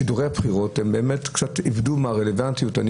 שיכול להיות ששידורי הבחירות איבדו מעט מהרלוונטיות שלהם.